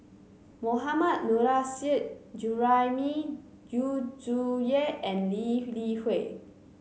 Mohammad Nurrasyid Juraimi Yu Zhuye and Lee Li Hui